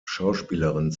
schauspielerin